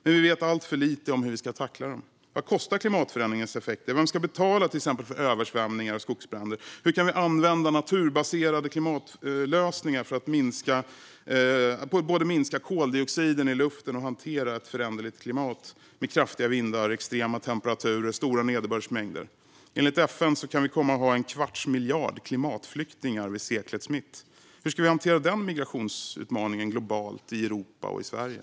Men vi vet alltför lite om hur vi ska tackla dem. Vad kostar klimatförändringarnas effekter? Vem ska betala, till exempel för översvämningar och skogsbränder? Hur kan vi använda naturbaserade klimatlösningar för att både minska koldioxiden i luften och hantera ett föränderligt klimat med kraftiga vindar, extrema temperaturer och stora nederbördsmängder? Enligt FN kan vi komma att ha en kvarts miljard klimatflyktingar vid seklets mitt. Hur ska vi hantera denna migrationsutmaning globalt, i Europa och i Sverige?